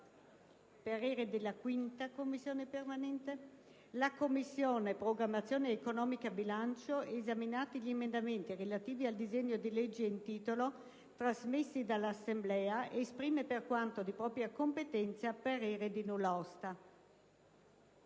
parere non ostativo». «La Commissione programmazione economica, bilancio, esaminati gli emendamenti relativi al disegno di legge in titolo, trasmessi dall'Assemblea, esprime, per quanto di propria competenza, parere di nulla osta».